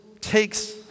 takes